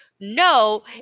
No